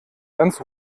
ganz